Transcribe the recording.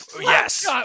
Yes